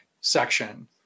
section